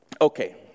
Okay